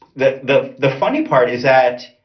the the the funny part is that,